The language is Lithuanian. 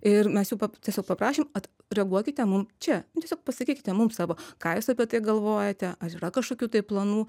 ir mes jų pap tiesiog paprašėm vat reaguokite mum čia nu tiesiog pasakykite mum savo ką jūs apie tai galvojate ar yra kažkokių tai planų